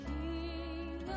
King